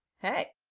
hey,